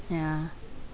yeah